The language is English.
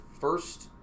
first